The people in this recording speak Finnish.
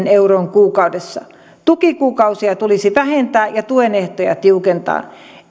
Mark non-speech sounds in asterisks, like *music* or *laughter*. *unintelligible* euroon kuukaudessa tukikuukausia tulisi vähentää ja tuen ehtoja tiukentaa